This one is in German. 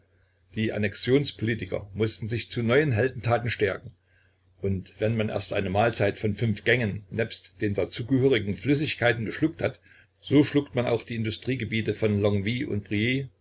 die annexionspolitiker mußten sich zu neuen heldentaten stärken und wenn man erst eine mahlzeit von fünf gängen nebst den dazugehörigen flüssigkeiten geschluckt hat so schluckt man auch die industriegebiete von longwy und